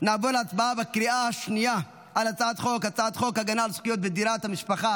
נעבור להצבעה בקריאה השנייה על הצעת חוק הגנה על זכויות בדירת המשפחה